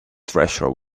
treasure